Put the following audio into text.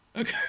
Okay